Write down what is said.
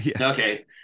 okay